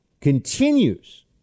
continues